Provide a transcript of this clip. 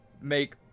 make